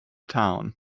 town